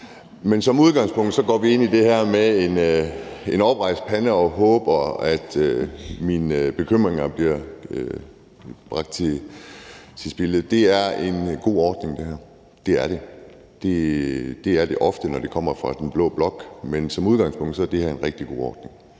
Men som udgangspunkt går vi ind i det her med oprejst pande og håber, at mine bekymringer bliver gjort til skamme. Det er en god ordning, det her, og det er det ofte, når det kommer fra den blå blok. Men som udgangspunkt er det her en rigtig god ordning.